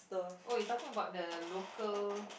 oh you're talking about the local